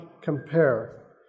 compare